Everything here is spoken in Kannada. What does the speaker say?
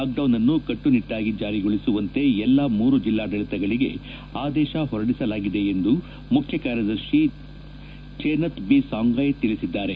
ಲಾಕ್ಡೌನ್ನನ್ನು ಕಟ್ಟುನಿಟ್ನಾಗಿ ಜಾರಿಗೊಳಿಸುವಂತೆ ಎಲ್ಲಾ ಮೂರು ಜಿಲ್ಲಾಡಳಿತಗಳಿಗೆ ಆದೇಶ ಹೊರಡಿಸಲಾಗಿದೆ ಎಂದು ಮುಖ್ಯ ಕಾರ್ಯದರ್ತಿ ಚೇನತ್ ಬಿ ಸಾಂಗಯ್ ತಿಳಿಸಿದ್ದಾರೆ